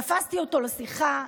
תפסתי אותו לשיחה,